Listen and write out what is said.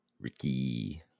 Ricky